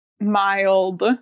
mild